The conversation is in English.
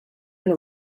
been